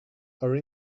are